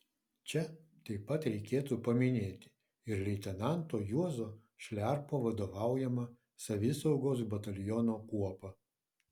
čia taip pat reikėtų paminėti ir leitenanto juozo šliarpo vadovaujamą savisaugos bataliono kuopą